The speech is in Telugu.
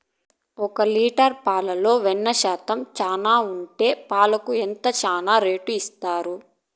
ఒక లీటర్ పాలలో వెన్న శాతం చానా ఉండే పాలకు ఎంత చానా రేటు ఇస్తారు?